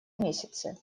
месяцы